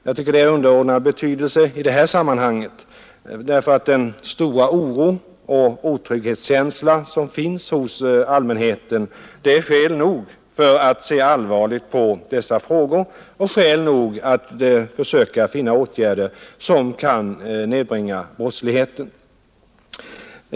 Det är av underordnad betydelse i detta sammanhang, därför att den stora oro och otrygghetskänsla som finns hos allmänheten är skäl nog att se allvarligt på dessa frågor och skäl nog att försöka finna åtgärder som kan nedbringa brottsligheten.